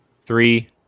three